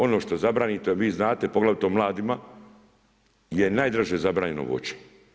Ono što zabranite, vi znate, poglavito mladima, je najdraže zabranjeno voće.